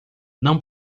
não